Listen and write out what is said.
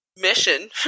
mission